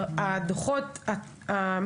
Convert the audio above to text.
יש הרבה דוחות של המבקר.